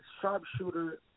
sharpshooter